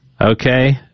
Okay